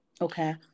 okay